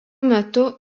metu